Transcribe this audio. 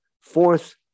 Fourth